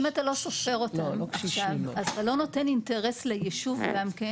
אם אתה לא סופר אותם עכשיו אז אתה לא נותן אינטרס ליישוב גם כן